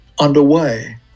underway